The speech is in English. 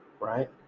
right